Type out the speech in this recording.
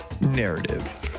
Narrative